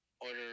order